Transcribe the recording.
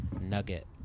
nugget